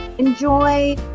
Enjoy